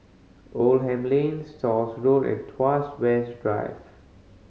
Oldham Lane Stores Road and Tuas West Drive